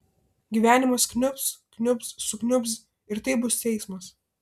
gyvenimas kniubs kniubs sukniubs ir tai bus teismas